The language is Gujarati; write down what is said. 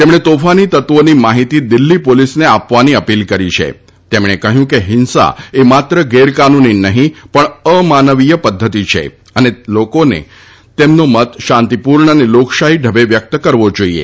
તેમણે તોફાની તત્વોની માફીતી દિલ્ફી પોલીસને આપવાની અપીલ કરી છે તેમણે કહ્યું કે હિંસા એ માત્ર ગેરકાનૂની નહિં પણ અમાનવીય પદ્ધતિ છે અને લોકોએ તેમનો મત શાંતિપૂર્ણ અને લોકશાહી ઢબે વ્યકત કરવો જોઇએ